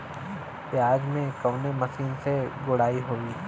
प्याज में कवने मशीन से गुड़ाई होई?